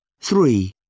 Three